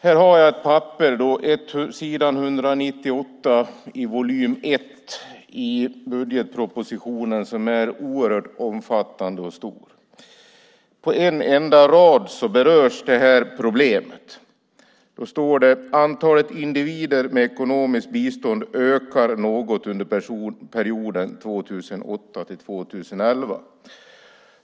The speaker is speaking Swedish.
Här har jag ett papper, s. 198 i volym ett i budgetpropositionen, som är oerhört omfattande och stor. På en enda rad berörs problemet. Det står: "Antalet individer med ekonomiskt bistånd ökar något under perioden 2008-2011."